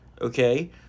Okay